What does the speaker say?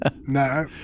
No